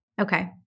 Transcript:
Okay